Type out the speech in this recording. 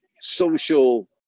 social